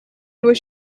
was